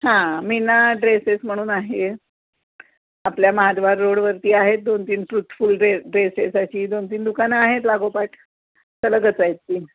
हां मिना ड्रेसेस म्हणून आहे आपल्या महाद्वार रोडवरती आहेत दोन तीन ट्रूथफुल ड्रेस ड्रेसेसाची दोन तीन दुकानं आहेत लागोपाठ सलगच आहेत ती